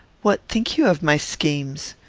what think you of my schemes?